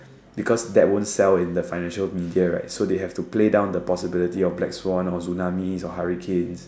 because that won't sell in the financial media right so they have to play down the possibility of black Swan or tsunamis or hurricanes